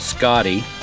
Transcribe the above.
Scotty